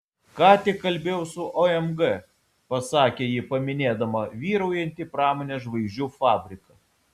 ką tik kalbėjau su omg pasakė ji paminėdama vyraujantį pramonės žvaigždžių fabriką